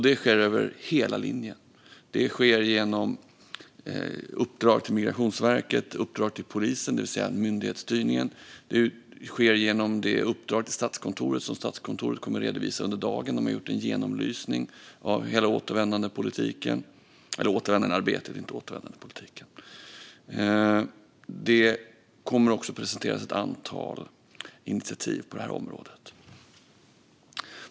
Det sker över hela linjen. Det sker genom uppdrag till Migrationsverket och uppdrag till polisen, det vill säga myndighetsstyrningen. Det sker genom det uppdrag till Statskontoret som Statskontoret kommer att redovisa under dagen. Man har gjort en genomlysning av hela återvändandepolitiken - eller återvändandearbetet, inte återvändandepolitiken. Det kommer också att presenteras ett antal initiativ på det här området.